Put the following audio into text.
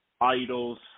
idols